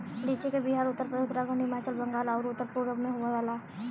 लीची के बिहार, उत्तरप्रदेश, उत्तराखंड, हिमाचल, बंगाल आउर उत्तर पूरब में बोआला